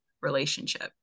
relationship